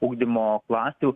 ugdymo klasių